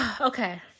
Okay